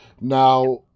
Now